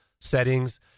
settings